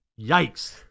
Yikes